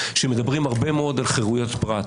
שמדברים הרבה מאוד על חירויות פרט,